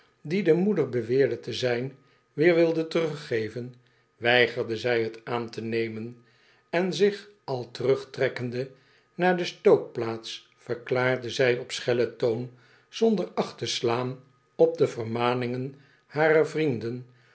dio de moeder beweerde te zijn weer wilde teruggeven weigerde zij t aan te nemen en zich al terugtrekkende naar de stookplaats verklaarde zij op schellen toon zonder acht te slaan op de vermaningen harer vrienden